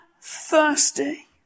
thirsty